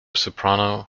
soprano